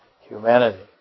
humanity